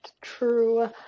true